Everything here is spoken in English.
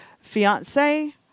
fiance